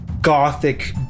gothic